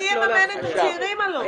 מי יממן את הצעירים, אלון?